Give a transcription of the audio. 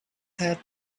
had